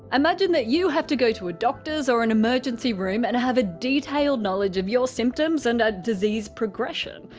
imagine that you have to go to a doctor or an emergency room and have a detailed knowledge of your symptoms and ah a disease progression.